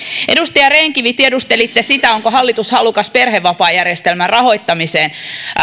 edustaja rehn kivi tiedustelitte sitä onko hallitus halukas perhevapaajärjestelmän rahoittamiseen